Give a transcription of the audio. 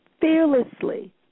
fearlessly